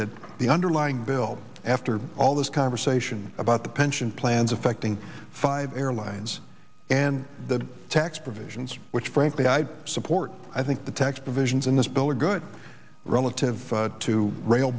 that the underlying bill after all this conversation about the pension plans affecting five airlines and the tax provisions which frankly i support i think the tax provisions in this bill are good relative to rail